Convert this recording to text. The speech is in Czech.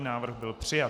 Návrh byl přijat.